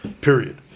Period